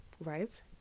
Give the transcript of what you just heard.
right